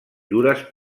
dures